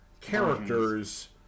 characters